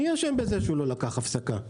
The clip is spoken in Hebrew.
מי אשם בזה שהוא לא לקח הפסקה?